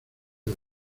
del